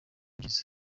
byiza